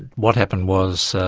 what happened was,